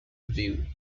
view